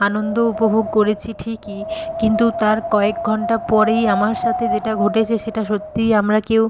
আনন্দ উপভোগ করেছি ঠিকই কিন্তু তার কয়েক ঘণ্টা পরেই আমার সাথে যেটা ঘটেছে সেটা সত্যিই আমরা কেউ